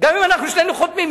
גם אם אנחנו שנינו חותמים.